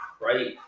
right